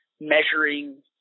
measuring